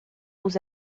aux